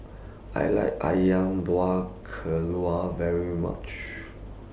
I like Ayam Buah Keluak very much